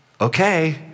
okay